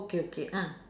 okay okay ah